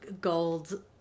gold